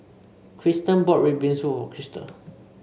Krysten bought red bean soup Kristal